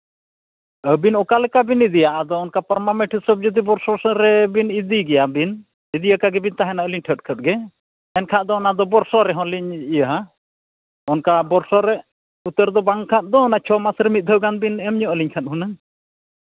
ᱟᱹᱵᱤᱱ ᱚᱠᱟ ᱞᱮᱠᱟ ᱵᱤᱱ ᱤᱫᱤᱭᱟ ᱟᱫᱚ ᱚᱱᱠᱟ ᱯᱟᱨᱢᱟᱢᱮᱱᱴᱥ ᱦᱤᱥᱟᱹᱵᱽ ᱡᱩᱫᱤ ᱵᱚᱨᱥᱚ ᱥᱮᱫ ᱨᱮ ᱵᱤᱱ ᱤᱫᱤ ᱜᱮᱭᱟ ᱵᱤᱱ ᱤᱫᱤ ᱟᱠᱟᱜ ᱜᱮᱵᱤᱱ ᱛᱟᱦᱮᱱᱟ ᱟᱹᱞᱤᱧ ᱴᱷᱮᱱ ᱠᱷᱚᱱ ᱜᱮ ᱮᱱᱠᱷᱟᱱ ᱫᱚ ᱚᱱᱟ ᱫᱚ ᱵᱚᱨᱥᱚ ᱨᱮᱦᱚᱸᱞᱤᱧ ᱤᱭᱟᱹ ᱦᱟᱸᱜ ᱚᱱᱠᱟ ᱵᱚᱨᱥᱚ ᱨᱮ ᱩᱛᱟᱹᱨ ᱫᱚ ᱵᱟᱝ ᱠᱷᱟᱱ ᱫᱚ ᱚᱱᱟ ᱪᱷᱚ ᱢᱟᱥ ᱨᱮ ᱢᱤᱫ ᱫᱷᱟᱣ ᱜᱟᱱ ᱵᱤᱱ ᱮᱢ ᱧᱚᱜ ᱟᱹᱞᱤ ᱠᱷᱟᱱ ᱦᱩᱱᱟᱹᱝ